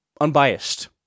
unbiased